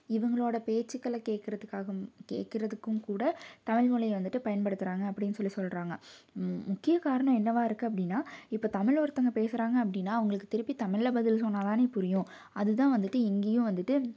இவங்களோட பேச்சுக்கலை கேட்கறதுக்காகும் கேட்கறதுக்கும் கூட தமிழ்மொழி வந்துட்டு பயன்படுத்துகிறாங்க அப்படின் சொல்லி சொல்கிறாங்க முக்கிய காரணம் என்னவாக இருக்குது அப்படின்னா இப்போ தமிழில் ஒருத்தவங்க பேசுகிறாங்க அப்படின்னா அவங்களுக்கு திருப்பி தமிழில் பதில் சொன்னால் தானே புரியும் அது தான் வந்துட்டு இங்கேயும் வந்துட்டு